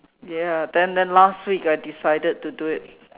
ya then then last week I decided to do it